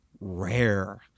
rare